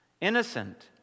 innocent